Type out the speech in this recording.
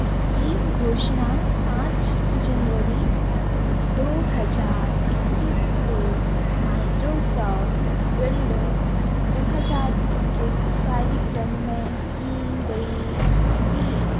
इसकी घोषणा पाँच जनवरी दो हज़ार इक्कीस को माइक्रोसॉफ़्ट बिल्ड दो हज़ार इक्कीस कार्यक्रम में की गई थी